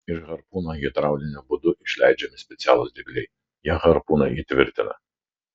iš harpūno hidrauliniu būdu išleidžiami specialūs dygliai jie harpūną įtvirtina